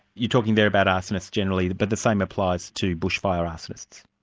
you're talking there about arsonists generally, but the same applies to bushfire arsonists?